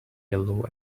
yellow